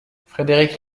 frédéric